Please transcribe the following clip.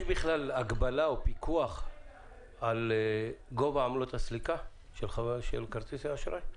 יש בכלל הגבלה או פיקוח על גובה עמלות הסליקה של כרטיסי האשראי?